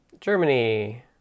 Germany